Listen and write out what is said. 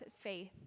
faith